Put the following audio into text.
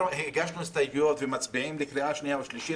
הגשנו הסתייגויות ומצביעים בקריאה שנייה ושלישית,